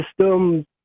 system